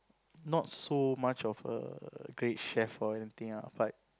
not so much of a great chef or anything ah but